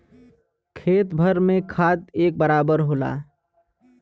खेत भर में खाद एक बराबर होला